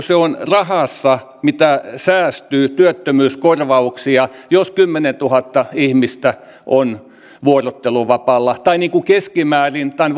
se on rahassa mitä säästyy työttömyyskorvauksia jos kymmenentuhatta ihmistä on vuorotteluvapaalla tai keskimäärin tämän